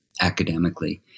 academically